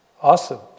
Awesome